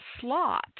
slot